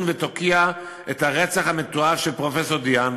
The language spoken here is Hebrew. ותוקיע את הרצח המתועב של פרופסור דה-האן,